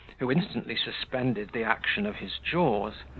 who instantly suspended the action of his jaws,